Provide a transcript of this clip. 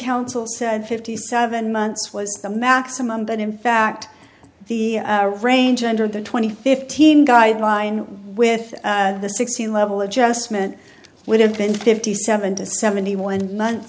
counsel said fifty seven months was the maximum but in fact the range under the twenty fifteen guideline with the sixteen level adjustment would have been fifty seven to seventy one month